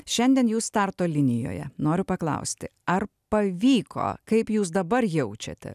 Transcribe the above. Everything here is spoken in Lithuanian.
šiandien jūs starto linijoje noriu paklausti ar pavyko kaip jūs dabar jaučiate